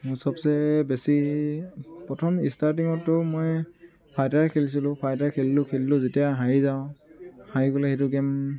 মোৰ চবচে বেছি প্ৰথম ইষ্টাৰ্টিঙততো মই ফাইটাৰে খেলিছিলোঁ ফাইটাৰ খেলিলোঁ খেলিলোঁ যেতিয়া হাৰি যাওঁ হাৰি গ'লে সেইটো গেম